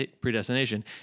predestination